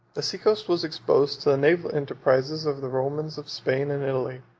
the sea-coast was exposed to the naval enterprises of the romans of spain and italy